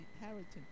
inheritance